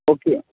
okay